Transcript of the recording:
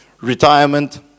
retirement